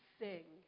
sing